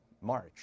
march